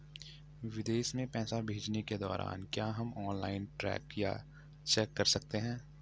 विदेश में पैसे भेजने के दौरान क्या हम ऑनलाइन ट्रैक या चेक कर सकते हैं?